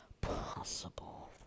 possible